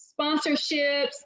sponsorships